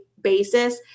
basis